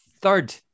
third